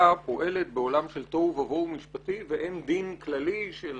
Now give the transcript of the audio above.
פועלת בעולם של תוהו ובוהו משפטי ואין דין כללי של